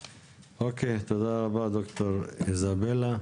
אוקיי, תודה רבה, ד"ר איזבלה.